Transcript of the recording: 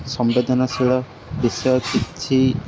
ସମ୍ବେଦନାଶୀଳ ବିଷୟ କିଛି